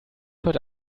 heute